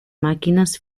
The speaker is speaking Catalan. màquines